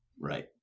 Right